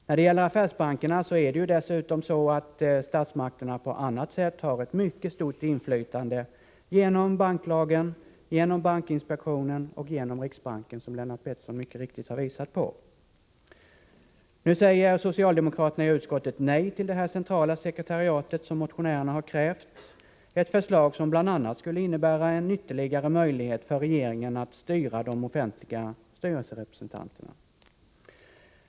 När det gäller affärsbankerna är det dessutom så att statsmakterna på annat sätt har ett mycket stort inflytande — genom banklagen, genom bankinspektionen och genom riksbanken, vilket Lennart Pettersson mycket riktigt har visat på. Nu säger socialdemokraterna i utskottet nej till det centrala sekretariat som motionärerna har krävt — ett förslag som bl.a. skulle innebära en ytterligare möjlighet för regeringen att styra de offentliga styrelserepresentanterna.